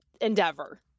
endeavor